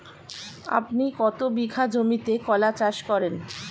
আপনি কত বিঘা জমিতে কলা চাষ করেন?